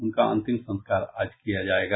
उनका अंतिम संस्कार आज किया जायेगा